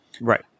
Right